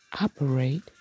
operate